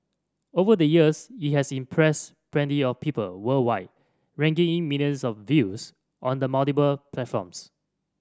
over the years it has impressed plenty of people worldwide raking in millions of views on the multiple platforms